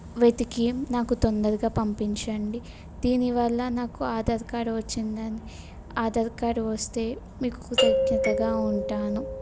వెతికి నాకు తొందరగా పంపించండి దీనివల్ల నాకు ఆధార్ కార్డ్ వచ్చిందని ఆధార్ కార్డ్ వస్తే మీకు కృతజ్ఞతగా ఉంటాను